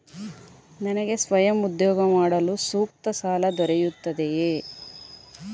ನನಗೆ ಸ್ವಯಂ ಉದ್ಯೋಗ ಮಾಡಲು ಸೂಕ್ತ ಸಾಲ ದೊರೆಯುತ್ತದೆಯೇ?